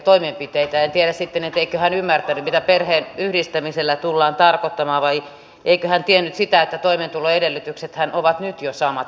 en tiedä sitten eikö hän ymmärtänyt mitä perheenyhdistämisellä tullaan tarkoittamaan vai eikö hän tiennyt sitä että toimeentuloedellytyksethän ovat nyt jo samat